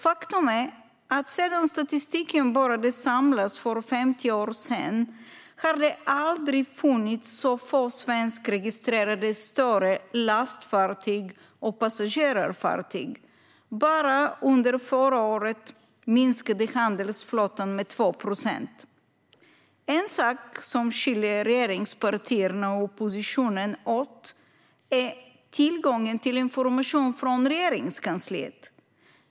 Faktum är att sedan statistiken började samlas in för 50 år sedan har det aldrig funnits så få svenskregistrerade större lastfartyg och passagerarfartyg. Bara under förra året minskade handelsflottan med 2 procent. En annan sak som skiljer regeringspartierna och oppositionen åt är tillgången till information från Regeringskansliet.